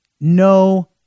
No